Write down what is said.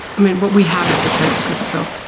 i mean, what we have is the typescript so,